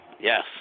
Yes